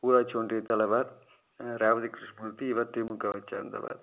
ஊராட்சி ஒன்றியத் தலைவர் ரேவதி கிருஷ்ணமூர்த்தி இவர் திமுகவை சேர்ந்தவர்